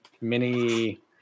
mini